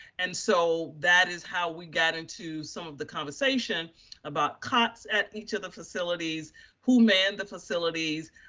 and so that is how we got into some of the conversation about cuts at each of the facilities who man the facilities,